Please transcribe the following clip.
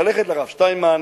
ללכת לרב שטיינמן,